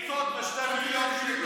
יש טיסות ב-2 מיליון שקל.